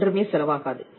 ஒன்றுமே செலவாகாது